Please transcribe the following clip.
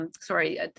sorry